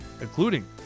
including